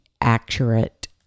accurate